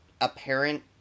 apparent